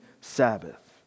Sabbath